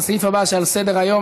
לסעיף הבא שעל סדר-היום,